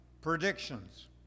predictions